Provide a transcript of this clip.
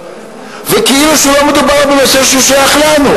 וכאילו לא מדובר בנושא ששייך לנו.